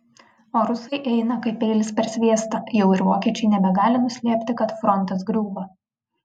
o rusai eina kaip peilis per sviestą jau ir vokiečiai nebegali nuslėpti kad frontas griūva